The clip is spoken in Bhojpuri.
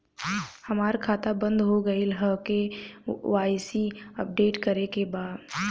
हमार खाता बंद हो गईल ह के.वाइ.सी अपडेट करे के बा?